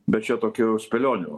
bet čia tokia jau spėlionė